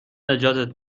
نجاتت